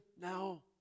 now